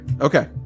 Okay